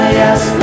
yes